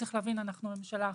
צריך להבין שאנחנו ממשלה אחת.